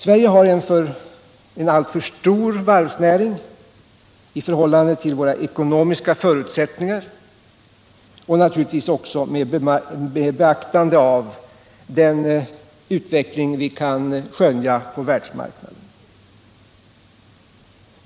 Sverige har en alltför stor varvsnäring i förhållande till de ekonomiska förutsättningarna och med tanke på den utveckling vi kan skönja på världsmarknaden.